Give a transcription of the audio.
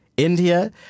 India